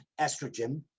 estrogen